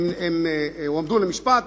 הם הועמדו למשפט,